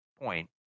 point